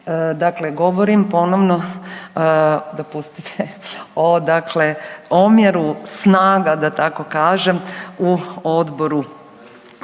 Dakle, govorim ponovno, dopustite, o dakle omjeru snaga da tako kažem u odboru,